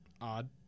odd